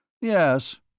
Yes